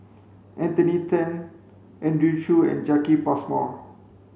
Anthony Then Andrew Chew and Jacki Passmore